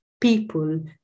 people